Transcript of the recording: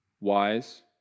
Wise